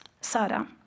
Sara